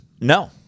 No